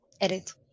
edit